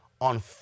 on